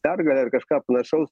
pergalę ar kažką panašaus